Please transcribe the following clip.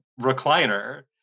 recliner